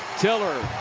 tiller.